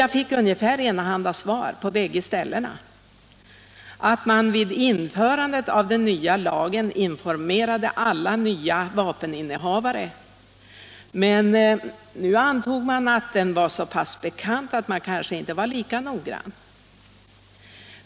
Jag fick ungefär enahanda svar från bägge ställena, nämligen att man vid införandet av den nya lagen informerat alla nya vapeninnehavare men att man nu antog, att den var så pass bekant att man kanske inte behövde vara lika noggrann.